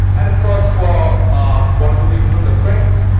and, of course, for our wonderful people from the press,